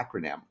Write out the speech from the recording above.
acronym